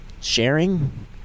sharing